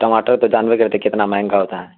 ٹماٹر جانتے کرتے ہیں کتنا مہنگا ہوتا ہے